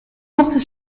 mochten